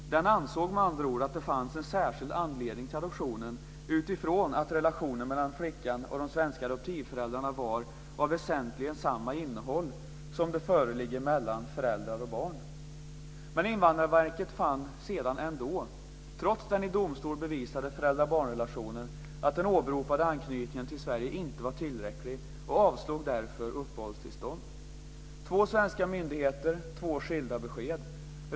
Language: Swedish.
Den ansåg med andra ord att det fanns en "särskild anledning till adoptionen", utifrån att relationen mellan flickan och de svenska adoptivföräldrarna var "av väsentligen samma innehåll som det som föreligger mellan föräldrar och barn". Men Invandrarverket fann sedan ändå, trots den i domstol bevisade föräldra-barn-relationen, att den åberopade anknytningen till Sverige inte var tillräcklig och avslog därför begäran om uppehållstillstånd. Två svenska myndigheter, två skilda besked.